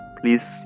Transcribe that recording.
please